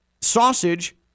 sausage